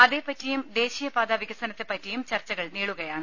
അതേപറ്റിയും ദേശീയ പാത വികസനത്തെപ്പറ്റിയും ചർച്ചകൾ നീളുകയാണ്